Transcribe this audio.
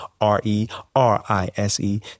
R-E-R-I-S-E